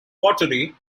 pottery